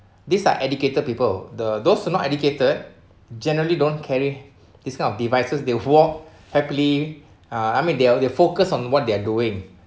these are educated people the those are not educated generally don't carry this kind of devices they walk happily uh I mean they're they're focused on what they are doing